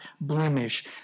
blemish